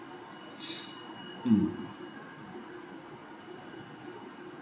mm